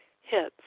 hits